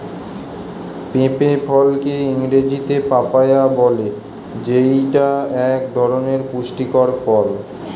পেঁপে ফলকে ইংরেজিতে পাপায়া বলে যেইটা এক ধরনের পুষ্টিকর ফল